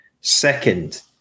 second